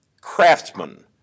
craftsman